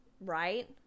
Right